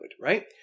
right